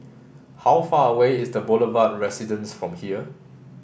how far away is The Boulevard Residence from here